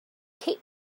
kate